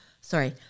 sorry